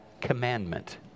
commandment